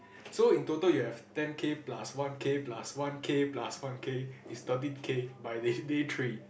so in total you have ten K plus one K plus one K plus one K is thirteen K by the day three